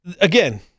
again